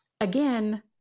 again